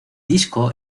disco